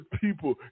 people